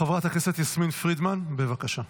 חברת הכנסת יסמין פרידמן, בבקשה.